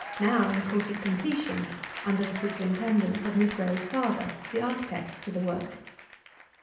now in course of completion under the superintendence of miss graye's father, the architect to the work.